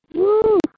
Woo